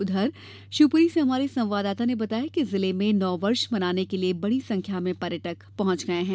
उधर शिवपुरी से हमारे संवाददाता ने बताया है कि जिले में नववर्ष मनाने के लिए बड़ी संख्या में पर्यटक पहुँचे हुए हैं